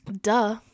Duh